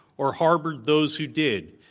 or harbored those who did.